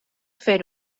fer